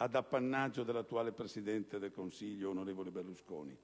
ad appannaggio dell'attuale presidente del Consiglio, onorevole Berlusconi,